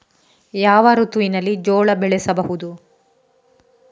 ಯಾವ ಋತುವಿನಲ್ಲಿ ಜೋಳ ಬೆಳೆಸಬಹುದು?